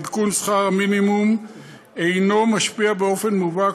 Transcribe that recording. עדכון שכר המינימום אינו משפיע באופן מובהק